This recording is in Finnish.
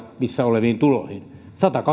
käytettävissä oleviin tuloihin